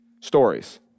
stories